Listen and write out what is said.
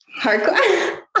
Hardcore